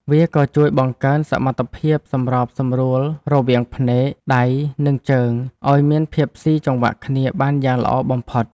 វាក៏ជួយបង្កើនសមត្ថភាពសម្របសម្រួលរវាងភ្នែក ដៃ និងជើង ឱ្យមានភាពស៊ីចង្វាក់គ្នាបានយ៉ាងល្អបំផុត។